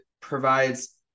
provides